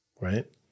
right